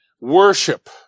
worship